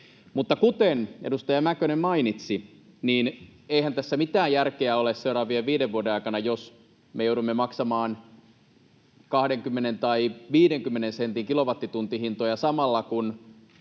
kuten edustaja Mäkynen mainitsi, eihän tässä mitään järkeä ole seuraavien viiden vuoden aikana, jos me joudumme maksamaan 20 tai 50 sentin kilowattituntihintoja samalla kun